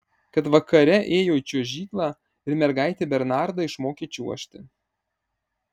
kad vakare ėjo į čiuožyklą ir mergaitė bernardą išmokė čiuožti